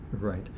right